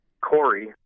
Corey